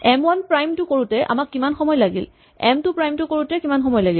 M one prime টো কৰোতে আমাক কিমান সময় লাগিল এম টু প্ৰাইম টো কৰোতে কিমান সময় লাগিল